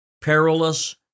perilous